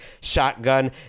shotgun